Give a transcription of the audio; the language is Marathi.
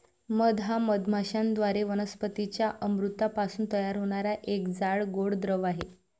मध हा मधमाश्यांद्वारे वनस्पतीं च्या अमृतापासून तयार होणारा एक जाड, गोड द्रव आहे